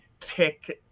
tech